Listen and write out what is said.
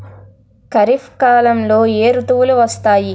ఖరిఫ్ కాలంలో ఏ ఋతువులు వస్తాయి?